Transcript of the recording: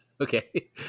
Okay